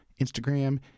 instagram